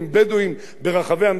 לכולם יהיה דין שווה,